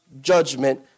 judgment